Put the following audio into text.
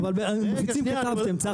אבל מפיצים כתבתם צחי.